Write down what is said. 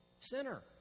Sinner